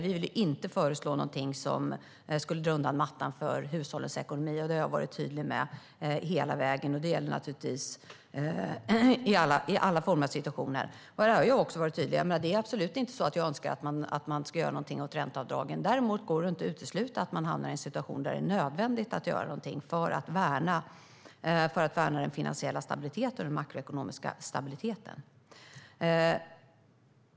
Vi vill inte föreslå något som skulle dra undan mattan för hushållens ekonomi. Det har jag varit tydlig med hela vägen, och det gäller givetvis i alla situationer. Jag önskar absolut inte att man ska göra något åt ränteavdragen, men det går inte att utesluta att man hamnar i en situation där det är nödvändigt att göra något för att värna den finansiella och makroekonomiska stabiliteten.